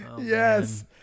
Yes